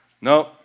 No